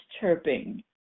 chirping